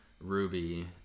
ruby